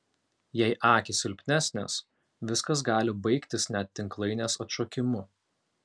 jei akys silpnesnės viskas gali baigtis net tinklainės atšokimu